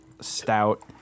stout